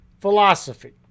philosophy